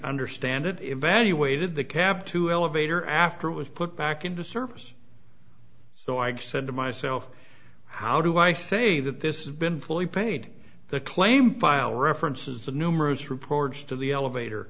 understand it evaluated the cap to elevator after it was put back into service so i just said to myself how do i say that this has been fully paid the claim file references the numerous reports to the elevator